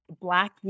Black